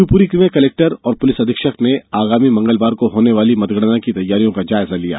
शिवपुरी में कलेक्टर और पुलिस अधीक्षक ने आगामी मंगलवार को होने वाली मतगणना की तैयारियों का जायजा लिया